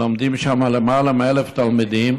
שלומדים שם למעלה מ-1,000 תלמידים